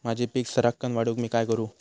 माझी पीक सराक्कन वाढूक मी काय करू?